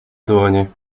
dłonie